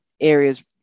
areas